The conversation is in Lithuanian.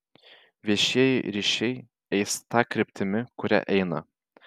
viešieji ryšiai eis ta kryptimi kuria eina